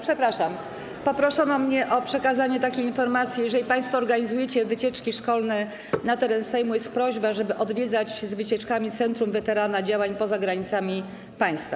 Poproszono mnie o przekazanie takiej informacji: jeżeli państwo organizujecie wycieczki szkolne na teren Sejmu, to jest prośba, żeby odwiedzać z wycieczkami Centrum Weterana Działań Poza Granicami Państwa.